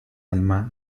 alma